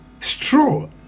Straw